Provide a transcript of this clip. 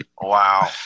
Wow